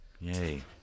Yay